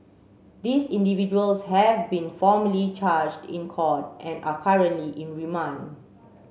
these individuals have been formally charged in court and are currently in remand